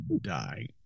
die